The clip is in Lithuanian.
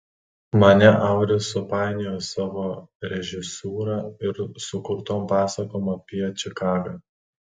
mane auris supainiojo savo režisūra ir sukurtom pasakom apie čikagą